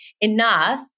enough